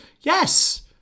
Yes